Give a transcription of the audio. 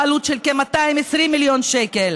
בעלות של כ-220 מיליון שקל,